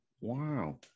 wow